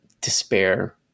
despair